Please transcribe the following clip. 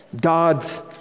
God's